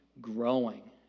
growing